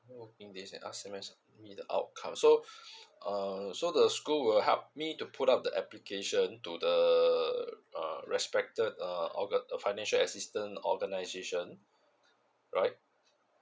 oo mean they S M S me the outcome so uh so the school will help me to put up the application to the uh respected uh org~ financial assistance organization right